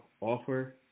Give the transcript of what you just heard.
offer